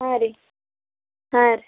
ಹಾಂ ರೀ ಹಾಂ ರೀ